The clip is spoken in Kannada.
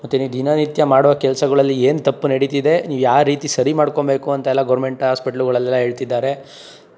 ಮತ್ತೆ ನೀವು ದಿನನಿತ್ಯ ಮಾಡುವ ಕೆಲ್ಸಗಳಲ್ಲಿ ಏನು ತಪ್ಪು ನಡೀತಿದೇ ನೀವು ಯಾವ್ರೀತಿ ಸರಿ ಮಾಡ್ಕೊಳ್ಬೇಕು ಅಂತೆಲ್ಲ ಗೌರ್ಮೆಂಟ್ ಆಸ್ಪೆಟ್ಲ್ಗಳಲ್ಲೆಲ್ಲ ಹೇಳ್ತಿದ್ದಾರೆ